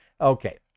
Okay